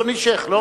אדוני שיח' לא?